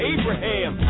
Abraham